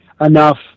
enough